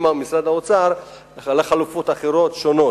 עם משרד האוצר, על חלופות אחרות, שונות.